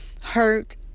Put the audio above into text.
hurt